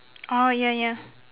orh yeah yeah